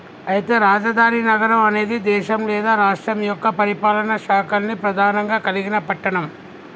అయితే రాజధాని నగరం అనేది దేశం లేదా రాష్ట్రం యొక్క పరిపాలనా శాఖల్ని ప్రధానంగా కలిగిన పట్టణం